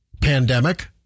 pandemic